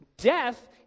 Death